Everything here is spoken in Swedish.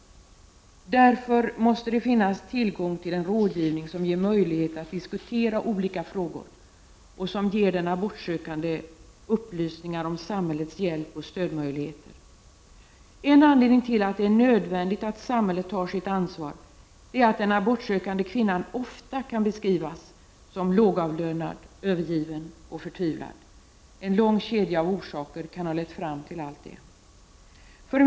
Därför måste det finnas tillgång till en rådgivning som ger möjlighet att diskutera olika frågor och som ger den abortsökande upplysningar om samhällets möjligheter till hjälp och stöd. En anledning till att det är nödvändigt att samhället tar sitt ansvar är att den abortsökande kvinnan ofta kan beskrivas som lågavlönad, övergiven och förtvivlad. En lång kedja av orsaker kan ha lett fram till allt detta.